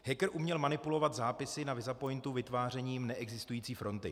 Hacker uměl manipulovat zápisy na Visapointu vytvářením neexistující fronty.